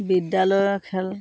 বিদ্যালয়ৰ খেল